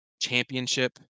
championship